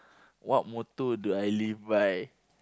what motto do I live by